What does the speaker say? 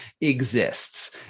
exists